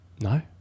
No